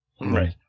Right